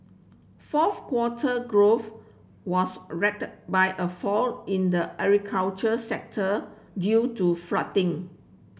fourth quarter growth was by a fall in the agricultural sector due to flooding